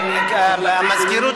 לא,